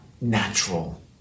natural